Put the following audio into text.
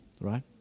right